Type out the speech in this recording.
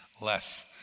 less